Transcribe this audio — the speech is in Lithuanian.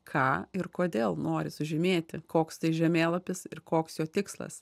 ką ir kodėl nori sužymėti koks tai žemėlapis ir koks jo tikslas